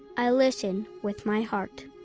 i listen with my heart.